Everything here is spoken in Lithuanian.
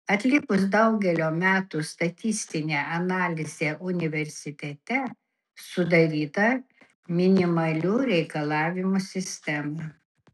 atlikus daugelio metų statistinę analizę universitete sudaryta minimalių reikalavimų sistema